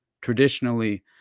Traditionally